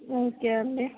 okay అండి